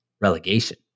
relegation